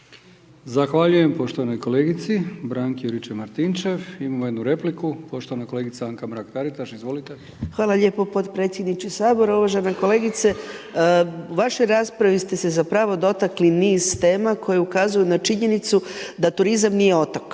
Zahvaljujem poštovanoj kolegici Branki Juričev-Martinčev. Imamo jednu repliku. Poštovana kolegica Anka Mrak Taritaš. Izvolite. **Mrak-Taritaš, Anka (GLAS)** Hvala lijepo podpredsjedniče Sabora. Uvažena kolegice, u vašoj raspravi ste se zapravo dotakli niz tema koje ukazuju na činjenicu da turizam nije otok.